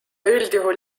üldjuhul